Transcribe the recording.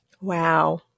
Wow